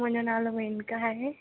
मुंहिंजो नालो मेनका आहे